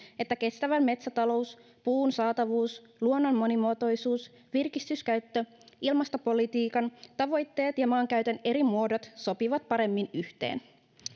että kestävä metsätalous puun saatavuus luonnon monimuotoisuus virkistyskäyttö ilmastopolitiikan tavoitteet ja maankäytön eri muodot sopivat paremmin yhteen